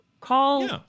Call